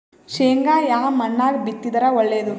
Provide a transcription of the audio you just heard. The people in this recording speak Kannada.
ಶೇಂಗಾ ಯಾ ಮಣ್ಣಾಗ ಬಿತ್ತಿದರ ಒಳ್ಳೇದು?